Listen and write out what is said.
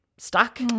Stuck